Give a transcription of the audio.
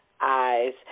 eyes